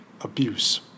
abuse